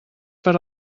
per